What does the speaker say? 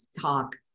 talk